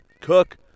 Cook